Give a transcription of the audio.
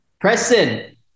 Preston